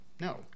No